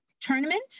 tournament